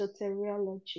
soteriology